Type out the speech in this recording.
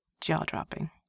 jaw-dropping